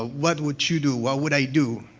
ah what would you do, what would i do,